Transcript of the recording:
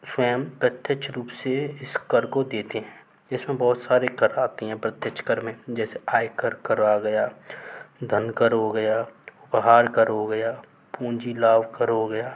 स्वयं प्रत्यक्ष रूप से इस कर को देते हैं इस में बहुत सारे कर आते हैं प्रत्यक्ष कर में जैसे आय कर कर आ गया धन कर हो गया उपहार कर हो गया पूंजी लाभ कर हो गया